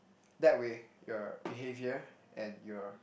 that way your behaviour and your